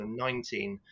2019